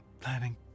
planning